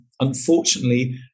unfortunately